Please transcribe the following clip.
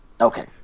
okay